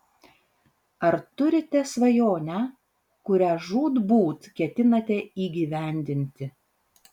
ar turite svajonę kurią žūtbūt ketinate įgyvendinti